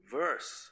verse